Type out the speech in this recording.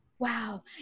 wow